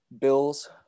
Bills